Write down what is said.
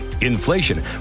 inflation